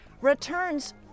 returns